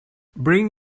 bring